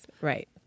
Right